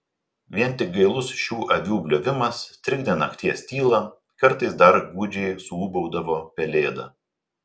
vien tik gailus šių avių bliovimas trikdė nakties tylą kartais dar gūdžiai suūbaudavo pelėda